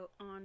on